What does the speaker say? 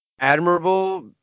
admirable